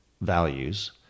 values